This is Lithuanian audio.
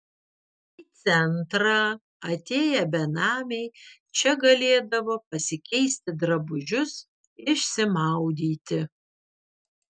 į centrą atėję benamiai čia galėdavo pasikeisti drabužius išsimaudyti